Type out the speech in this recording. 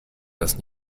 das